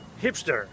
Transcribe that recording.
hipster